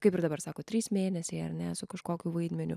kaip ir dabar sakot trys mėnesiai ar ne su kažkokiu vaidmeniu